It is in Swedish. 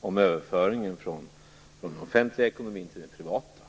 om överföringen från den offentliga ekonomin till den privata.